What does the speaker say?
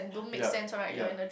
ya ya